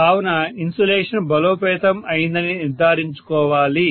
కావున ఇన్సులేషన్ బలోపేతం అయిందని నిర్ధారించుకోవాలి